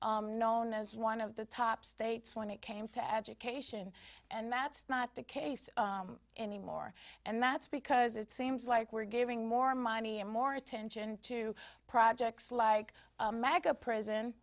known as one of the top states when it came to education and math not the case anymore and that's because it seems like we're giving more money and more attention to projects like a mag a prison